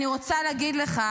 אני רוצה להגיד לך,